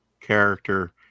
character